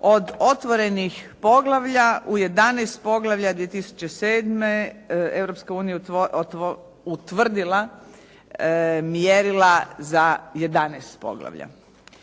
Od otvorenih poglavlja, u 11 poglavlja 2007. Europska unije je utvrdila mjerila za 11 poglavlja.